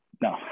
no